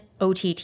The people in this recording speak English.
OTT